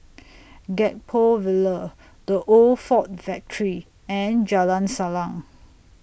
Gek Poh Ville The Old Ford Factory and Jalan Salang